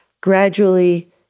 gradually